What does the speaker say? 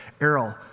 Errol